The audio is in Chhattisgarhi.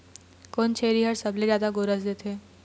कोन छेरी हर सबले जादा गोरस देथे?